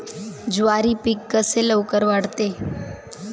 ज्वारी पीक कसे लवकर वाढते?